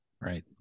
Right